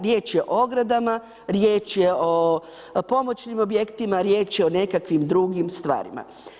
Riječ je o ogradama, riječ je o pomoćnim objektima, riječ je o nekakvim drugim stvarima.